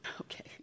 Okay